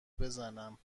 بزنم